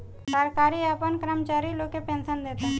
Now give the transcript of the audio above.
सरकार आपना कर्मचारी लोग के पेनसन देता